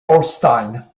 holstein